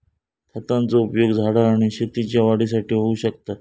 खतांचो उपयोग झाडा आणि शेतीच्या वाढीसाठी होऊ शकता